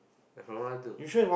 I from one one two